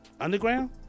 underground